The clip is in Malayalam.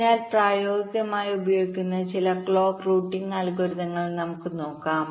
അതിനാൽ പ്രായോഗികമായി ഉപയോഗിക്കുന്ന ചില ക്ലോക്ക് റൂട്ടിംഗ് അൽഗോരിതങ്ങൾ നമുക്ക് നോക്കാം